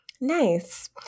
Nice